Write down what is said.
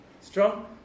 strong